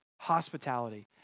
Hospitality